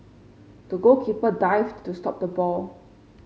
the goalkeeper dived to stop the ball